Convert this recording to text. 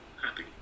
happy